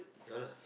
ya lah